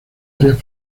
áreas